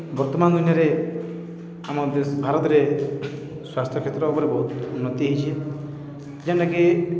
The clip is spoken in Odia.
ବର୍ତ୍ତମାନ୍ ଦୁନିଆରେ ଆମ ଦେଶ୍ ଭାରତ୍ରେ ସ୍ୱାସ୍ଥ୍ୟ କ୍ଷେତ୍ର ଉପରେ ବହୁତ୍ ଉନ୍ନତି ହେଇଚି ଯେନ୍ଟାକି